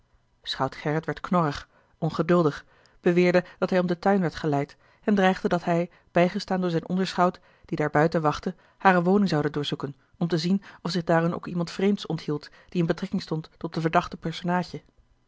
schout gerrit werd knorrig ongeduldig beweerde dat hij om den tuin werd geleid en dreigde dat hij bijgestaan door zijn onderschout die daar buiten wachtte hare woning zoude doorzoeken om te zien of zich daarin ook iemand vreemds onthield die in betrekking stond tot den verdachten personaadje